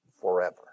forever